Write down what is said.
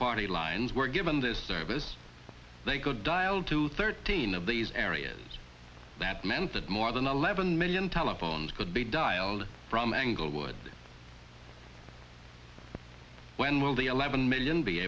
party lines were given this service they could dial to thirteen of these areas that meant that more than eleven million telephones could be dialed from englewood when will the eleven million be